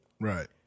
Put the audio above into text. Right